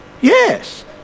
Yes